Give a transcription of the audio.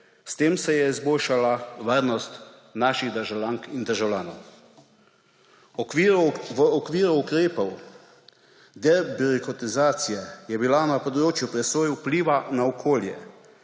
S tem se je izboljšala varnost naših državljank in državljanov. V okviru ukrepov debirokratizacije je bila na področju presoje vpliva na okolje